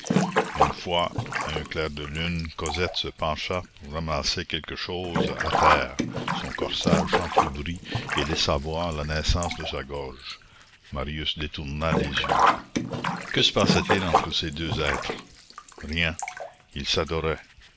une fois à un clair de lune cosette se pencha pour ramasser quelque chose à terre son corsage s'entr'ouvrit et laissa voir la naissance de sa gorge marius détourna les yeux que se passait-il entre ces deux êtres rien ils s'adoraient